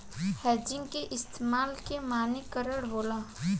hedging के इस्तमाल के मानकी करण होला